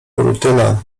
rutyna